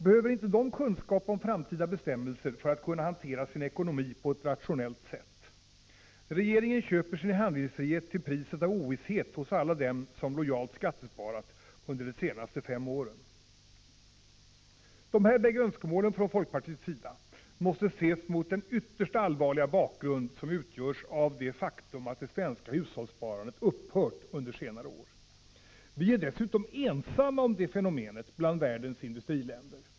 Behöver inte de kunskap om framtida bestämmelser för att kunna hantera sin ekonomi på ett rationellt sätt? Regeringen köper sin handlingsfrihet till priset av ovisshet hos alla dem som lojalt skattesparat under de senaste fem åren. De här bägge önskemålen från folkpartiets sida måste ses mot den ytterst allvarliga bakgrund som utgörs av det faktum att det svenska hushållssparandet upphört under senare år. Vi är dessutom ensamma om det fenomenet bland världens industriländer!